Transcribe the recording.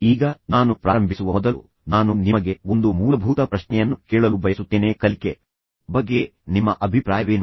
ಈಗ ನಾನು ಪ್ರಾರಂಭಿಸುವ ಮೊದಲು ನಾನು ನಿಮಗೆ ಒಂದು ಮೂಲಭೂತ ಪ್ರಶ್ನೆಯನ್ನು ಕೇಳಲು ಬಯಸುತ್ತೇನೆಃ ಕಲಿಕೆ ಬಗ್ಗೆ ನಿಮ್ಮ ಅಭಿಪ್ರಾಯವೇನು